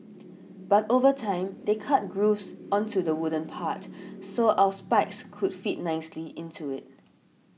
but over time they cut grooves onto the wooden part so our spikes could fit nicely into it